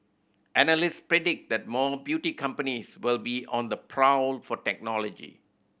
analyst predict that more beauty companies will be on the prowl for technology